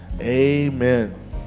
Amen